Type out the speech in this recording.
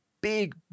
big